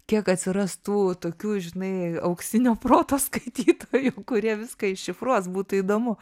kiek atsiras tų tokių žinai auksinio proto skaitytojų kurie viską iššifruos būtų įdomu